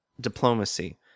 diplomacy